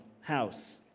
house